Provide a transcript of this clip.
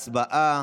הצבעה.